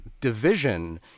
division